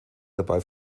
dabei